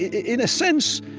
in a sense,